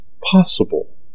possible